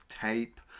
tape